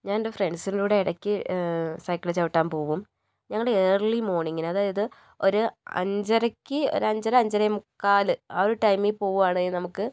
ഞാൻ എൻ്റെ ഫ്രണ്ട്സിൻ്റെ കൂടെ ഇടക്ക് സൈക്കിൾ ചവിട്ടാൻ പോവും ഞങ്ങൾ ഏർളി മോർണിംഗിൽ അതായത് ഒരു അഞ്ചരക്ക് ഒരു അഞ്ചര അഞ്ചേ മുക്കാല് ആ ഒരു ടൈമിൽ പോവ്വാണെങ്കിൽ നമുക്ക്